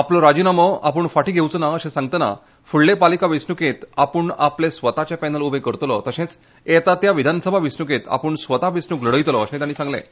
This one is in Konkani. आपलो राजीनामो आपूण फांटी घेवचो ना अशें सांगतनां फुडले पालिका वेंचणुकेंत आपुण आपले स्वताचें पॅनल उबें करतलो तशेंच येता त्या विधानसभा वेंचणुकेंत आपूण स्वता वेंचणुक लढयतलो अशें तांणी सांगलें